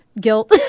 guilt